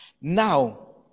Now